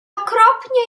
okropnie